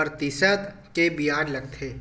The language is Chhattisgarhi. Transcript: परतिसत के बियाज लगथे